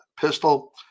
pistol